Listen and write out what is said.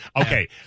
Okay